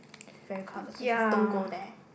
vey crowded places don't go there